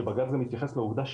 שבג"ץ גם התייחס לעובדה,